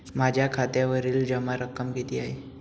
माझ्या खात्यावरील जमा रक्कम किती आहे?